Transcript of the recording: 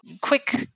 quick